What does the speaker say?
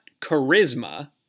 charisma